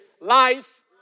life